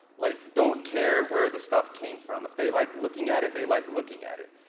like don't care where the stuff came from. if they like looking at it, they like looking at it.